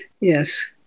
Yes